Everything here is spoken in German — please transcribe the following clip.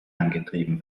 angetrieben